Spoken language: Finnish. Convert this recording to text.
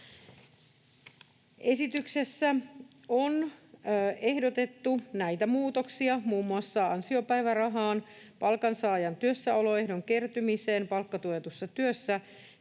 Esityksessä on ehdotettu näitä muutoksia muun muassa ansiopäivärahaan, palkansaajan työssäoloehdon kertymiseen palkkatuetussa työssä